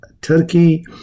Turkey